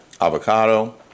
avocado